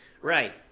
Right